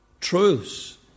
truths